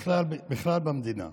בכלל במדינה.